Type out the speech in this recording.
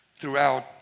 throughout